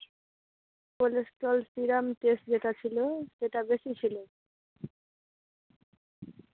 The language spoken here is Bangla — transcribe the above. কোলেস্ট্রল সিরাম টেস্ট যেটা ছিলো সেটা বেশি ছিলো